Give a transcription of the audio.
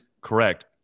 correct